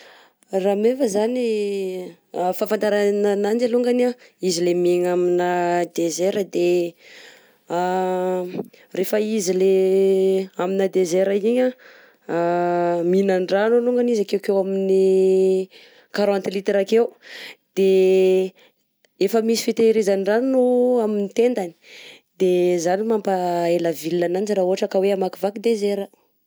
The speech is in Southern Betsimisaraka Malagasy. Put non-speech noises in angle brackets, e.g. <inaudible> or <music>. Rameva zany <hesitation> fahafantarana ananjy alongany a izy le miegna amina <hesitation> désert de <hesitation> rehefa izy le amina désert igny a <hesitation> minandrano alongany izy akekeo amin'ny quarante litres akeo de efa misy fitehirizan-drano amin'ny tendany de zany mampaela vilogna ananjy raha ohatra ka hoe hamakivaky désert.